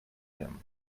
him